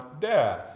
death